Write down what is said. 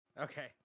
Okay